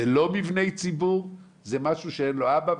זה לא מבני ציבור, זה משהו שאין לו אבא.